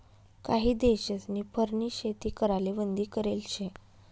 काही देशस्नी फरनी शेती कराले बंदी करेल शे